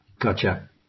Gotcha